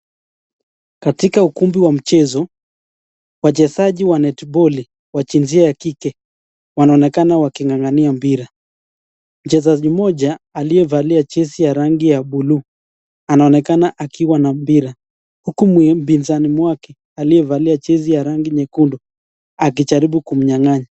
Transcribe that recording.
Katika ukumbi wa mchezo, wachezaji wa netbali, wa jinzia ya kike, wanaonekana wakingangania mpira. Mchezaji mmoja aliyevalia jezi ya rangi ya buluu anaonekana ako na mpira huku mpizani mwake aliyevalia jezi la rangi nyekundu akimjaribu kunyanganya.